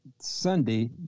Sunday